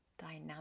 dynamic